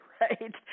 right